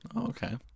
Okay